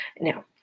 Now